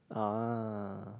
ah